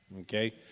Okay